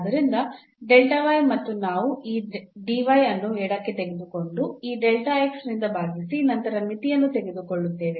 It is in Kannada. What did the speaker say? ಆದ್ದರಿಂದ ಮತ್ತು ನಾವು ಈ ಅನ್ನು ಎಡಕ್ಕೆ ತೆಗೆದುಕೊಂಡು ಈ ನಿಂದ ಭಾಗಿಸಿ ನಂತರ ಮಿತಿಯನ್ನು ತೆಗೆದುಕೊಳ್ಳುತ್ತೇವೆ